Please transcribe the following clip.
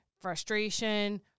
frustration